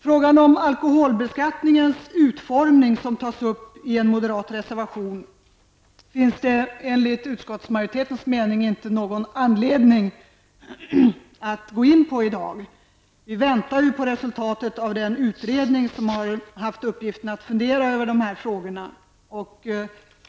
Frågan om alkoholbeskattningens utformning, som tas upp i en moderat reservation, finns det enligt utskottsmajoritetens mening inte någon anledning att gå in på i dag. Vi väntar ju på resultatet av den utredning som haft uppgiften att fundera över dessa frågor.